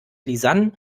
lisann